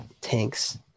tanks